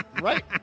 Right